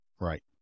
Right